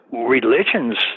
religions